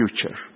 future